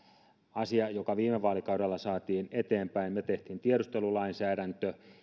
asia joka viime vaalikaudella saatiin eteenpäin me teimme tiedustelulainsäädännön